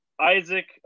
Isaac